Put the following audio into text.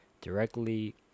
directly